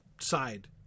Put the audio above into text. side